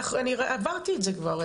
עברתי את זה כבר,